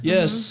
Yes